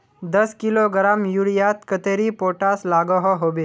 दस किलोग्राम यूरियात कतेरी पोटास लागोहो होबे?